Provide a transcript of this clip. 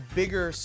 bigger